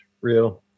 real